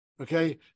Okay